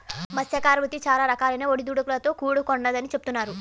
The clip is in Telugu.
మత్స్యకార వృత్తి చాలా రకాలైన ఒడిదుడుకులతో కూడుకొన్నదని చెబుతున్నారు